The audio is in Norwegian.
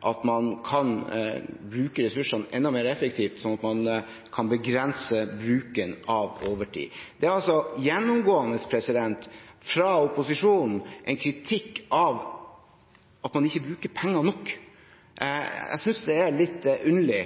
at man kan bruke ressursene enda mer effektivt, slik at man kan begrense bruken av overtid. Det er gjennomgående, fra opposisjonen, en kritikk av at man ikke bruker nok penger. Jeg synes det er litt underlig,